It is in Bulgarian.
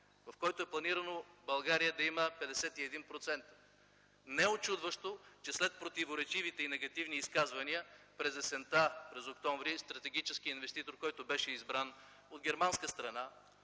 в който е планирано България да има 51%. Не е учудващо, че след противоречивите и негативни изказвания през есента, през октомври 2009 г., стратегическият инвеститор, който беше избран от германска страна,